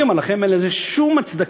אני אומר לכם, אין לזה שום הצדקה.